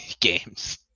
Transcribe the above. games